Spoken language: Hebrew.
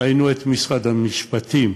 ראינו את משרד המשפטים,